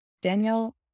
Danielle